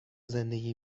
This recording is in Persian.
زندگی